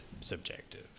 subjective